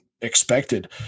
expected